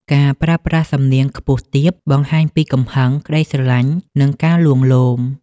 ការប្រើប្រាស់សំនៀងខ្ពស់ទាប បង្ហាញពីកំហឹង ក្ដីស្រឡាញ់ និងការលួងលោម។